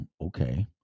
okay